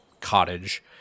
cottage